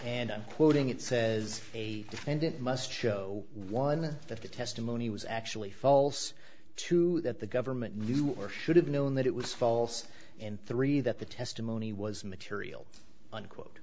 quoting it says a defendant must show one that the testimony was actually false two that the government knew or should have known that it was false and three that the testimony was material unquote